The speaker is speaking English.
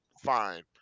fine